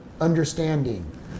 understanding